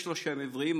יש לו שם עברי,